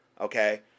Okay